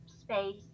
space